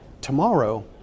tomorrow